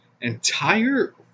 entire